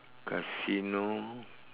casino